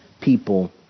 people